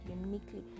uniquely